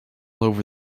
over